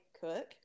cook